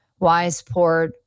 Wiseport